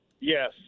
Yes